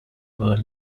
were